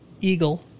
Eagle